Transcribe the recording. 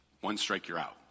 One-strike-you're-out